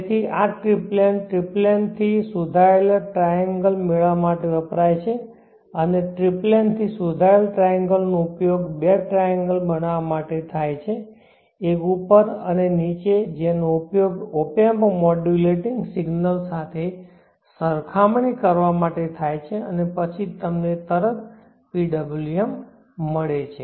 તેથી આ triangle triplen થી સુધારેલ ટ્રાએન્ગલ મેળવવા માટે વપરાય છે અને ટ્રિપલેન થી સુધારેલ ટ્રાએન્ગલ નો ઉપયોગ બે ટ્રાએન્ગલ બનાવવા માટે થાય છે એક ઉપર અને નીચે જેનો ઉપયોગ ઓપેમ્પ મોડ્યુલેટિંગ સિગ્નલ સાથે સરખામણી કરવા માટે થાય છે અને પછી તમને PWM મળે છે